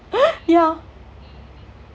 yeah